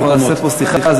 אם נעשה פה שיחה,